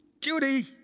Judy